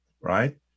right